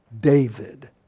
David